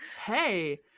Hey